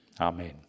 Amen